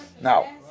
Now